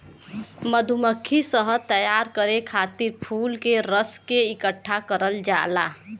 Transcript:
मधुमक्खी शहद तैयार करे खातिर फूल के रस के इकठ्ठा करल जाला